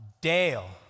Dale